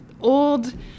old